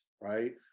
right